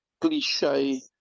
cliche